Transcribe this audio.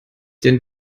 den